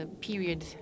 period